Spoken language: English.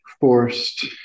forced